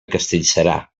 castellserà